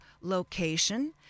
location